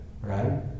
right